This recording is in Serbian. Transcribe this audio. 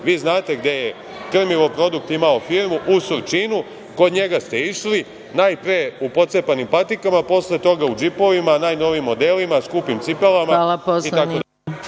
Vi znate gde je „Krmilo-produkt“ imao firmu, u Surčinu. Kod njega ste išli najpre u pocepanim patikama, posle toga u džipovima, najnovijim modelima, skupim cipelama itd. **Maja